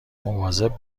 مواظب